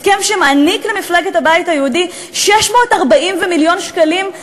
הסכם שמעניק למפלגת הבית היהודי 640 מיליון שקלים,